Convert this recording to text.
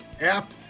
app